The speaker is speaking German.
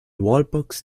wallbox